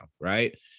Right